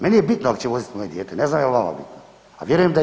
Meni je bitno ako će voziti moje dijete, ne znam je li vama bitno, a vjerujem da je.